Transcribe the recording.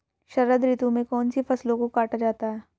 शरद ऋतु में कौन सी फसलों को काटा जाता है?